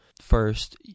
First